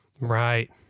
Right